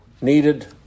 needed